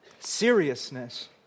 seriousness